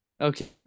okay